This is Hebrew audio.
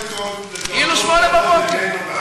כאילו שמונה בבוקר.